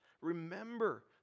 Remember